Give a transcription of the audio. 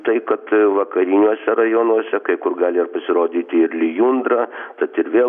tai kad vakariniuose rajonuose kai kur gali ir pasirodyti ir lijundra tad ir vėl